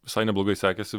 visai neblogai sekėsi